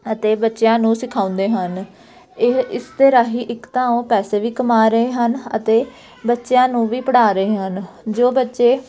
ਅਤੇ ਬੱਚਿਆਂ ਨੂੰ ਸਿਖਾਉਂਦੇ ਹਨ ਇਹ ਇਸਦੇ ਰਾਹੀਂ ਇੱਕ ਤਾਂ ਉਹ ਪੈਸੇ ਵੀ ਕਮਾ ਰਹੇ ਹਨ ਅਤੇ ਬੱਚਿਆਂ ਨੂੰ ਵੀ ਪੜ੍ਹਾ ਰਹੇ ਹਨ ਜੋ ਬੱਚੇ